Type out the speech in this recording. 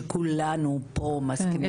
שכולנו פה מסכימים על קידום.